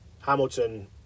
Hamilton